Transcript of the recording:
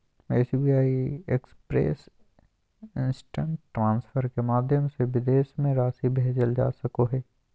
SBI express instant transfer के माध्यम से विदेश में राशि भेजल जा सको हइ